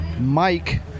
Mike